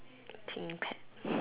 Thinkpad